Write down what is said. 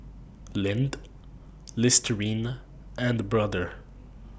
Lindt Listerine and Brother